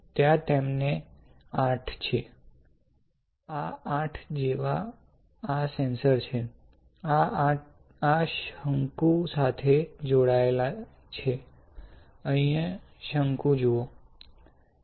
ત્યાં તેમાંના 8 છે આ 8 જેવા આ સેન્સર છે આ શંકુ સાથે જોડાયેલ છે અહીં શંકુ જુઓ